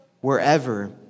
wherever